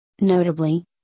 notably